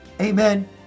Amen